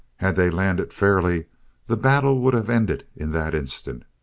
had they landed fairly the battle would have ended in that instant,